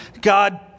God